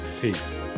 Peace